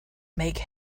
make